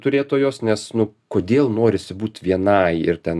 turėtojos nes nu kodėl norisi būt vienai ir ten